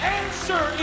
answer